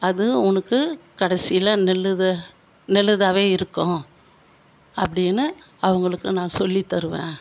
அது அவனுக்கு கடைசியில் நல்லது நல்லதாவே இருக்கும் அப்படின்னு அவங்களுக்கு நான் சொல்லி தருவேன்